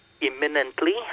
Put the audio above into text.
imminently